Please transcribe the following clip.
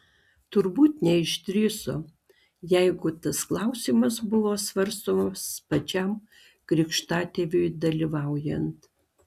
turbūt neišdrįso jeigu tas klausimas buvo svarstomas pačiam krikštatėviui dalyvaujant